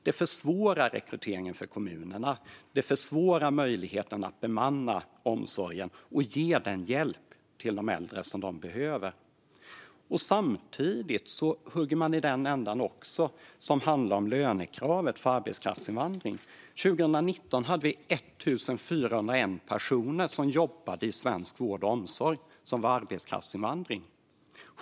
Det försvårar rekryteringen för kommunerna. Det försvårar när man ska bemanna omsorgen och ge äldre den hjälp de behöver. Samtidigt hugger man också i den ände som handlar om lönekrav för arbetskraftsinvandring. År 2019 var 1 401 personer som jobbade i svensk vård och omsorg arbetskraftsinvandrare.